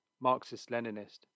Marxist-Leninist